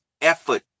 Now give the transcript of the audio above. effort